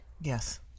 Yes